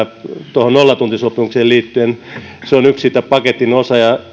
tuohon nollatuntisopimukseen liittyen se on yksi tämän paketin osa ja